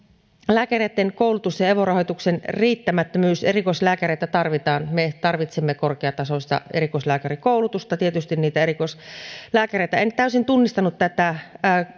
lääkäreitten koulutus ja evo rahoituksen riittämättömyys erikoislääkäreitä tarvitaan me tarvitsemme korkeatasoista erikoislääkärikoulutusta tietysti niitä erikoislääkäreitä en täysin tunnistanut tätä